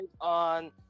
On